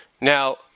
Now